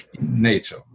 nature